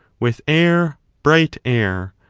with air bright air,